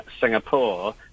Singapore